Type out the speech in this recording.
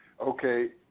okay